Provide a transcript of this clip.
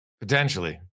Potentially